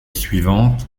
suivante